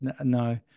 No